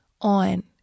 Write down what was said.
on